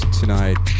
tonight